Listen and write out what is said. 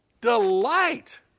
Delight